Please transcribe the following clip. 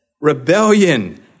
rebellion